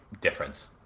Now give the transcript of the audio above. difference